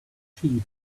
sheep